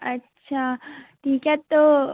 अच्छा ठीक है तो